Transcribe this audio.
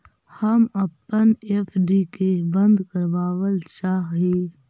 हम अपन एफ.डी के बंद करावल चाह ही